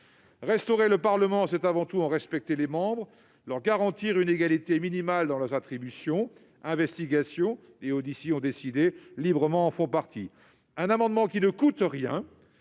Restaurer le Parlement, c'est avant tout en respecter les membres, leur garantir une égalité minimale dans leurs attributions ; les investigations et auditions librement décidées en font partie. Cet amendement ne coûte rien-